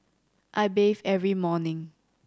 I bathe every morning